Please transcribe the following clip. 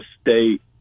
State